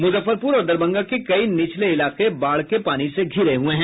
मुजफ्फरपुर और दरभंगा के कई निचले इलाके बाढ़ के पानी से घिरे हुये हैं